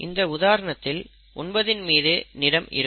இந்த உதாரணத்தில் 9 இன் மீது நிறம் இருக்கும்